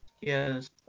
Yes